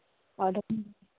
ᱚᱸᱰᱮ ᱠᱷᱚᱱ